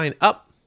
up